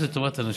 לטובת הנשים.